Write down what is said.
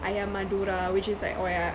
ayam madura which is like oh yeah